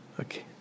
Okay